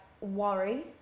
worry